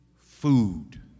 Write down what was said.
food